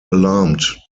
alarmed